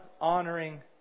honoring